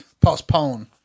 postpone